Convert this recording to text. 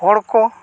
ᱦᱚᱲ ᱠᱚ